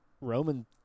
Roman